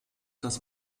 das